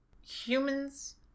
humans